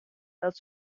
dat